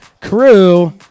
crew